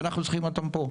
ואנחנו צריכים אותם פה,